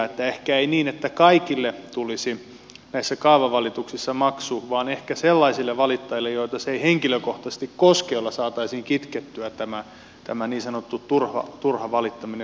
ehkä sen ei tulisi olla niin että kaikille tulisi näissä kaavavalituksissa maksu vaan ehkä sellaisille valittajille joita se ei henkilökohtaisesti koske ja sillä saataisiin kitkettyä tämä niin sanottu turha valittaminen